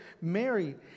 Mary